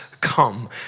come